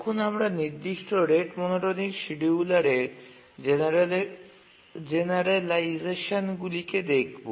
এখন আমরা নির্দিষ্ট রেট মনোটোনিক শিডিয়ুলারের জেনারালাইজেশনগুলিকে দেখব